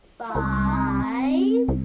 five